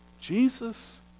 Jesus